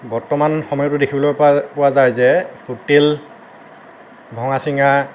বৰ্তমান সময়তো দেখিবলৈ পোৱা পোৱা যায় যে হোটেল ভঙা চিঙা